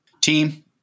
Team